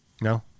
No